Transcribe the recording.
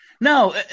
No